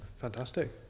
fantastic